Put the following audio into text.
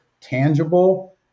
tangible